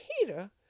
Peter